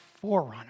forerunner